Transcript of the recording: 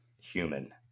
human